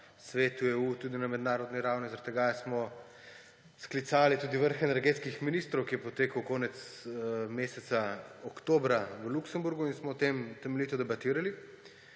Svetu EU tudi na mednarodni ravni. Zaradi tega smo sklicali tudi vrh energetskih ministrov, ki je potekal konec meseca oktobra v Luksemburgu, in o tem smo temeljito debatirali.